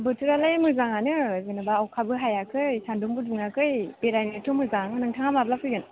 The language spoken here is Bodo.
बोथोरालाय मोजाङानो जेनेबा अखाबो हायाखै सान्दुंबो दुङाखै बेरायनोथ' मोजां नोंथाङा माब्ला फैगोन